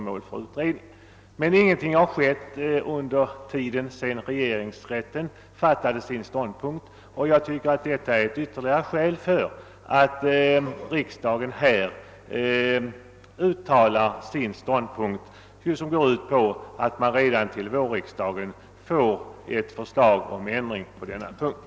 Men ingenting har skett sedan regeringsrätten tog sin ståndpunkt, och det är ytterligare ett skäl för att riksdagen i skrivelse till Kungl. Maj:t uttalar sin mening, som i sak går ut på att man redan till vårriksdagen vill ha ett förslag om ändring på denna punkt.